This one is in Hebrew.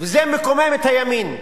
וזה מקומם את הימין.